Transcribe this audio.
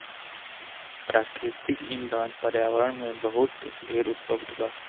प्राकृतिक ईंधन पर्यावरण में बहुत ढेर उपलब्ध बा